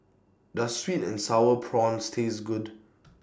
Does Sweet and Sour Prawns Taste Good